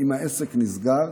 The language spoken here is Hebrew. ואם העסק נסגר,